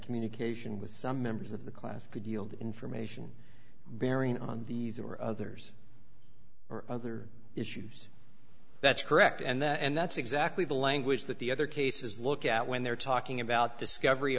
communication with some members of the class could yield information bearing on these or others or other issues that's correct and that's exactly the language that the other cases look at when they're talking about discovery